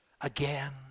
again